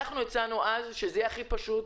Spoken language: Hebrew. הצענו אז שזה יהיה הכי פשוט,